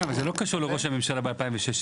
כן, אבל זה לא קשור לראש הממשלה ב-2016.